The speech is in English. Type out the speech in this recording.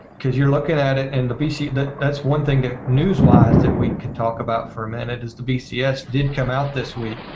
because you look at at it and the bc that that's one thing that news was that we can talk about for manages to be csd come out this week